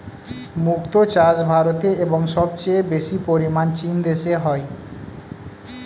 মুক্ত চাষ ভারতে এবং সবচেয়ে বেশি পরিমাণ চীন দেশে হয়